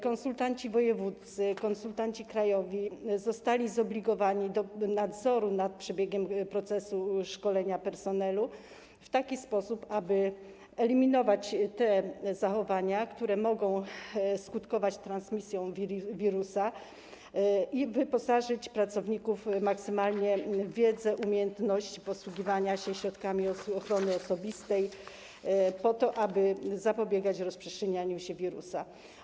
Konsultanci wojewódzcy, konsultanci krajowi zostali zobligowani do nadzoru nad przebiegiem procesu szkolenia personelu w taki sposób, aby eliminować te zachowania, które mogą skutkować transmisją wirusa, i wyposażyć pracowników maksymalnie w wiedzę, umiejętności posługiwania się środkami ochrony osobistej, aby zapobiegać rozprzestrzenianiu się wirusa.